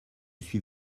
suis